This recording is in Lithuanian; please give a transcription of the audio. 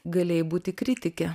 galėjai būti kritike